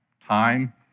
Time